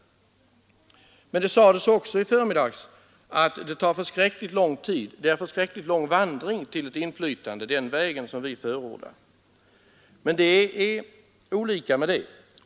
Det sades också i förmiddags att det är förskräckligt långt till ett inflytande enligt den väg vi förordar. Nå, det kan vara olika.